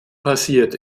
passiert